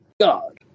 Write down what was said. God